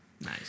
Nice